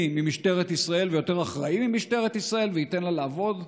ממשטרת ישראל ויותר אחראי ממשטרת ישראל וייתן לה לעבוד?